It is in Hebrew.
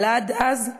אבל עד אז,